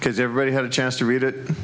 because everybody had a chance to read it